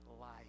life